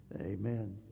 Amen